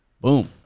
Boom